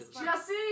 Jesse